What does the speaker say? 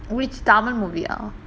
which tamil movie ah